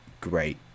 great